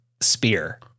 Spear